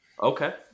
Okay